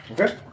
Okay